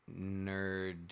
nerd